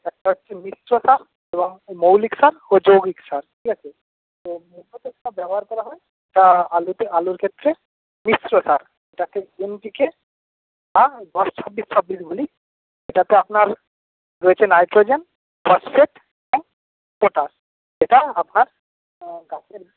একটা হচ্ছে মিশ্র সার এবং মৌলিক সার ও যৌগিক সার ঠিক আছে তো মূলত যেটা ব্যবহার করা হয় আলুতে আলুর ক্ষেত্রে মিশ্র সার যাকে এনপিকে বা দশ ছাব্বিশ ছাব্বিশ বলি এটাতে আপনার রয়েছে নাইট্রোজেন ফসফেট আর পটাশ এটা আপনার গাছের